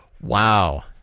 Wow